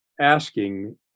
asking